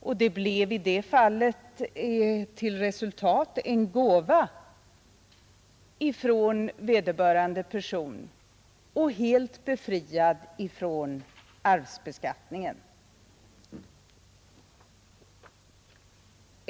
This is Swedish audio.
Resultatet blev i det fallet en gåva, helt befriad från beskattning.